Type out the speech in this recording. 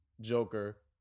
Joker